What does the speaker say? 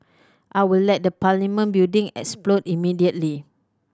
I will let the Parliament building explode immediately